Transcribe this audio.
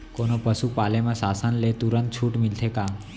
कोनो पसु पाले म शासन ले तुरंत छूट मिलथे का?